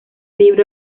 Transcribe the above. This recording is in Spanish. libro